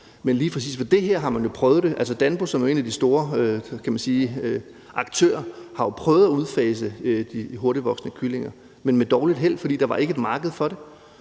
Danpo, som er en af de store aktører, har jo prøvet at udfase de hurtigtvoksende kyllinger, men med dårligt held, fordi der ikke var et marked for det.